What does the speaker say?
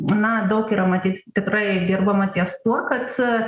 na daug yra matyt tikrai dirbama ties tuo kad